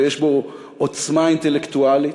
ויש בו עוצמה אינטלקטואלית,